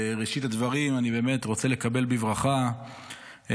בראשית הדברים אני באמת רוצה לקבל בברכה את